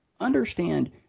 Understand